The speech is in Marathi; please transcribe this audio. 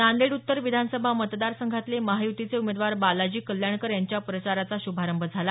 नांदेड उत्तर विधानसभा मतदार संघातले महायुतीचे उमेदवार बालाजी कल्याणकर यांच्या प्रचाराचा श्रभारंभ झाला